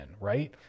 right